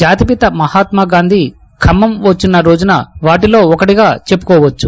జాతిపిత మహాత్నా గాంధీ ఖమ్నం వచ్చిన రోజున వాటిలో ఒకటిగా చెప్నుకోవచ్చు